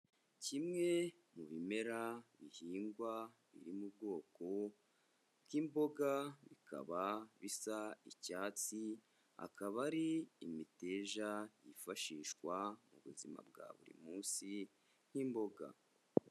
Kimwe mu bimera bihingwa biri mu bwoko bw'imboga bikaba bisa icyatsi, akaba ari imiteja yifashishwa mu buzima bwa buri munsi nk'imboga.